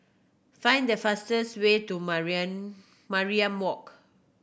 find the fastest way to Mariam Walk